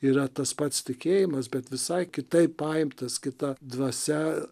yra tas pats tikėjimas bet visai kitaip paimtas kita dvasia